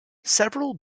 several